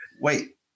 wait